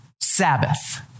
Sabbath